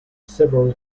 several